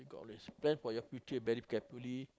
because plan for your future very carefully